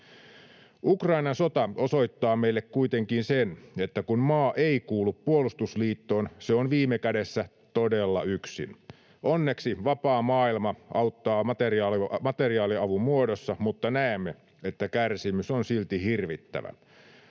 Ukrainan sota osoittaa meille kuitenkin sen, että kun maa ei kuulu puolustusliittoon, se on viime kädessä todella yksin. Onneksi vapaa maailma auttaa materiaaliavun muodossa, mutta näemme, että kärsimys on silti hirvittävä.